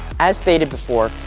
as stated before,